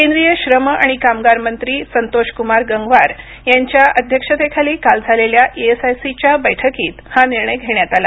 केंद्रीय श्रम आणि कामगार मंत्री संतोषक्मार गंगवार यांच्या अध्यक्षतेखाली काल झालेल्या ईएसआयसी च्या बैठकीत हा निर्णय घेण्यात आला